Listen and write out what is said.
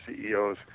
CEOs